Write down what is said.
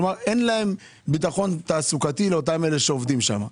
כלומר אין להם ביטחון תעסוקתי למי שעובדים שם.